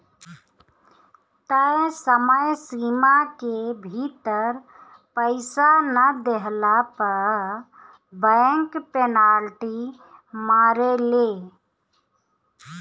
तय समय सीमा के भीतर पईसा ना देहला पअ बैंक पेनाल्टी मारेले